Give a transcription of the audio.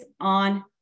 on